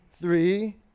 Three